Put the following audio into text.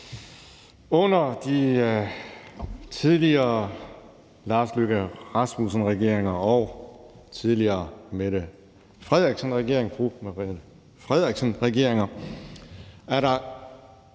Under de tidligere Lars Løkke Rasmussen-regeringer og tidligere Mette Frederiksen-regeringer er der